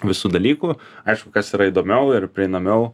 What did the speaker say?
visų dalykų aišku kas yra įdomiau ir prieinamiau